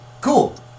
Cool